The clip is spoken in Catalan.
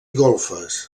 golfes